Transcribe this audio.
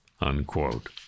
unquote